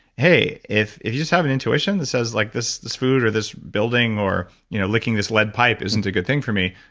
hey, if if you just have an intuition that says like this this food or this building or you know licking this lead pipe isn't a good thing for me,